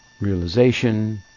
realization